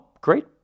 great